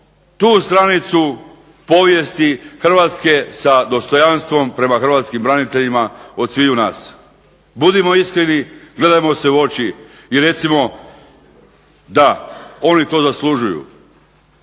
tu stranicu povijesti hrvatske sa dostojanstvom prema hrvatskim braniteljima od sviju nas. Budimo iskreni gledajmo se u oči i recimo, da oni to zaslužuju.